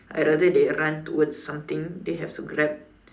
I rather they run towards something they have to Grab